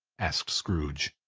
asked scrooge.